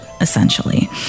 essentially